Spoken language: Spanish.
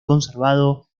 conservado